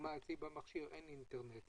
לדוגמה אצלי במכשיר אין אינטרנט.